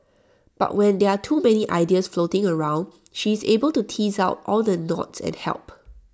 but when there are too many ideas floating around she is able to tease out all the knots and help